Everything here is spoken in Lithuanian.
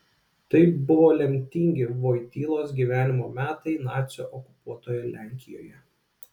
tai buvo lemtingi vojtylos gyvenimo metai nacių okupuotoje lenkijoje